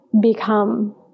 become